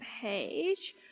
page